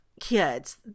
Kids